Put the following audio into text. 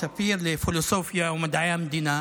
לפילוסופיה ומדעי המדינה